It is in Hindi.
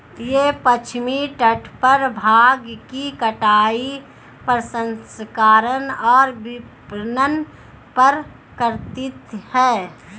यह पश्चिमी तट पर भांग की कटाई, प्रसंस्करण और विपणन पर केंद्रित है